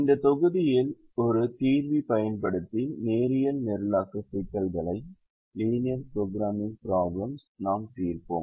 இந்த தொகுதியில் ஒரு தீர்வி பயன்படுத்தி நேரியல் நிரலாக்க சிக்கல்களை நாம் தீர்ப்போம்